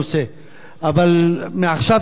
אבל מעכשיו תתחיל לספור לי דקה,